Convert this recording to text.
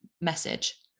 message